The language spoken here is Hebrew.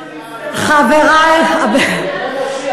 מרצ,